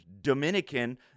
Dominican